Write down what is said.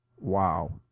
Wow